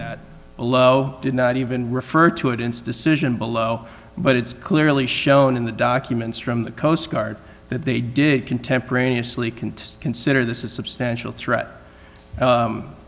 that lho did not even refer to it insta cision below but it's clearly shown in the documents from the coast guard that they did contemporaneously can consider this a substantial threat